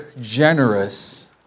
generous